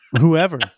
Whoever